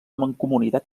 mancomunitat